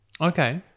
Okay